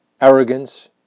Arrogance